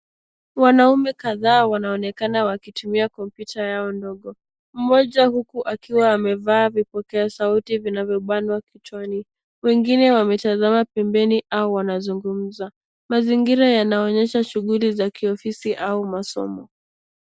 Wanaume kadhaa wanaonekana wakitumia kompyuta yao ndogo, mmoja huku akiwa amevaa vipokea sauti vinavyobana kichwani, wengine wametazama pembeni au wanazungumza. Mazingira yanaonyesha shuguli za kiofisi au Masomo.